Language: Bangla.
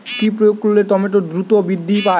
কি প্রয়োগ করলে টমেটো দ্রুত বৃদ্ধি পায়?